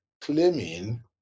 claiming